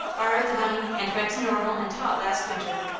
borrowed the money and went to normal and taught last winter.